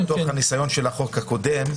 מתוך הניסיון של החוק הקודם,